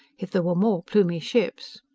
if there were more plumie ships.